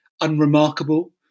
unremarkable